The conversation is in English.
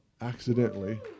accidentally